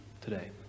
today